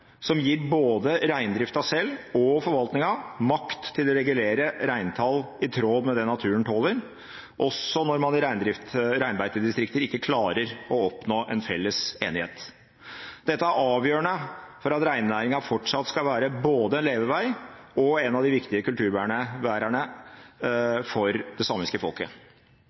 som gir både reindriften selv og forvaltningen makt til å regulere reintall i tråd med det naturen tåler, også når man i reinbeitedistrikter ikke klarer å oppnå en felles enighet. Dette er avgjørende for at reinnæringen fortsatt skal være både en levevei og en av de viktige kulturbærerne for det samiske folket.